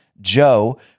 Joe